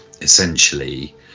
essentially